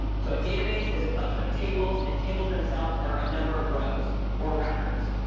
so a database is a collection of tables. and tables themselves are a number of rows or records.